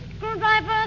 Screwdriver